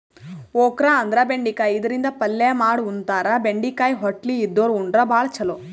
okra ಅಂದ್ರ ಬೆಂಡಿಕಾಯಿ ಇದರಿಂದ ಪಲ್ಯ ಮಾಡ್ ಉಣತಾರ, ಬೆಂಡಿಕಾಯಿ ಹೊಟ್ಲಿ ಇದ್ದೋರ್ ಉಂಡ್ರ ಭಾಳ್ ಛಲೋ